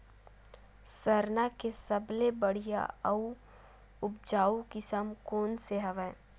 सरना के सबले बढ़िया आऊ उपजाऊ किसम कोन से हवय?